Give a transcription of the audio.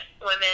women